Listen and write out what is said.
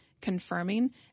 Confirming